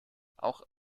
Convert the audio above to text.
auch